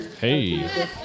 Hey